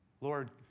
Lord